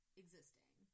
existing